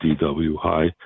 DWI